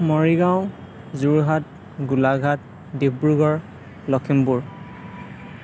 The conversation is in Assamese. মৰিগাঁও যোৰহাট গোলাঘাট ডিব্ৰুগড় লখিমপুৰ